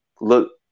look